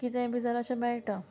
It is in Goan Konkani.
कितेंय बी जाल्या अशें मेळटा